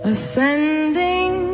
Ascending